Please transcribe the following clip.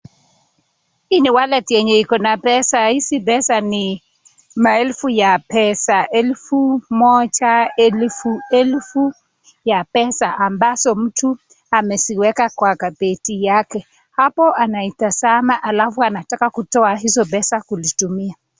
Hii ni wallet yenye iko na pesa, hizi pesa ni maelfu ya pesa elfu moja, elfu, elfu ya pesa ambazo mtu ameziweka kwa kabeti yake hapo anaitazama alafu anataka kutoa hizo pesa kulitumia.